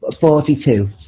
Forty-two